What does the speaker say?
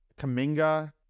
Kaminga